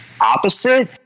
opposite